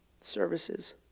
services